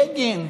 בגין.